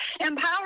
empower